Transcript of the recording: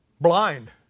Blind